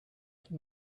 pris